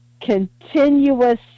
continuous